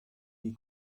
die